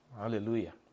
hallelujah